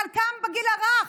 חלקם בגיל הרך,